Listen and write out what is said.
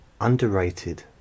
underrated